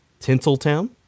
Tinseltown